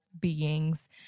beings